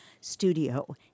studio